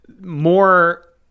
more